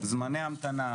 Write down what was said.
זמני המתנה,